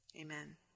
amen